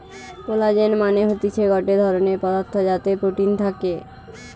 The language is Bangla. কোলাজেন মানে হতিছে গটে ধরণের পদার্থ যাতে প্রোটিন থাকে